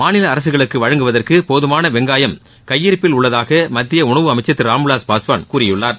மாநில அரசுகளுக்கு வழங்குவதற்கு போதமான வெங்காயம் கையிருப்பில் உள்ளதாக மத்திய உணவு அமைச்சர் திரு ராம்விலாஸ் பஸ்வான் கூறியுள்ளார்